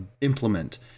implement